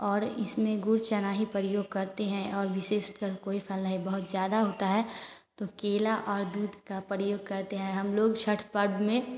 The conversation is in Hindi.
और इसमें गुड़ चना ही प्रयोग करते हैं और विशेषकर कोई फल नहीं बहुत ज़्यादा होता है तो केला और दूध का प्रयोग करते हैं हम लोग छठ पर्व में